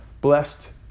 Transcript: blessed